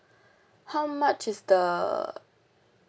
how much is the